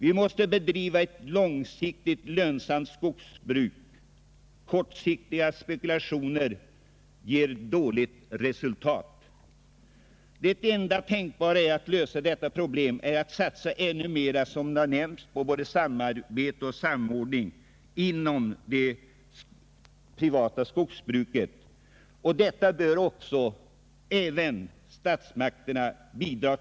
Vi måste bedriva ett skogsbruk som är lönsamt på lång sikt. Kortsiktiga spekulationer ger dåligt resultat. Det enda sättet att lösa detta problem är att satsa, som jag nämnt, ännu mer på samarbete och samordning inom det privata skogsbruket. Till detta bör statsmakterna bidra.